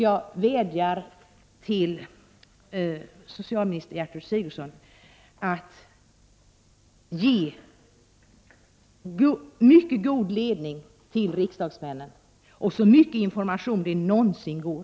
Jag vädjar till socialminister Gertrud Sigurdsen att ge mycket god ledning till riksdagsmännen och så mycket information som det någonsin går.